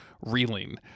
reeling